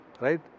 right